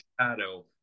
shadow